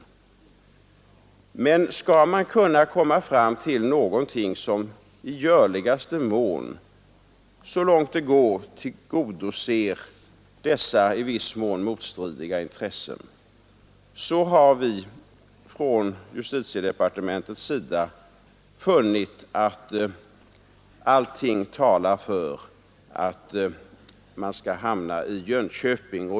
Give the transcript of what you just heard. För att komma fram till någonting som så långt det går tillgodoser dessa i viss mån motstridiga intressen, har vi från justitiedepartementets sida ansett att allting talar för en placering i Jönköping.